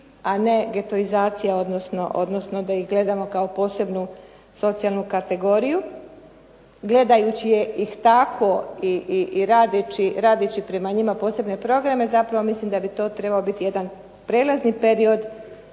a ne getoizacija, odnosno da ih gledamo kao posebnu socijalnu kategoriju. Gledajući ih tako i radeći prema njima posebne programe mislim da bi to trebao biti jedan prelazni period